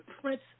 prince